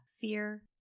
fear